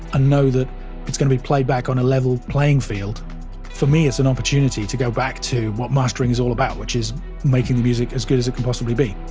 ah know that it's going to be played back on a level playing field for me, it's an opportunity to go back to what mastering is all about, which is making the music as good as it can possibly be